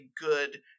good